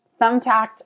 thumbtacked